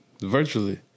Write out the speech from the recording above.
Virtually